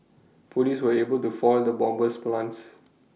Police were able to foil the bomber's plans